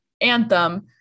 anthem